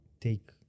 take